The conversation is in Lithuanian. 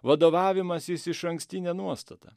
vadovavimasis išankstine nuostata